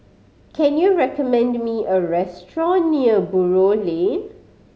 can you recommend me a restaurant near Buroh Lane